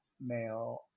male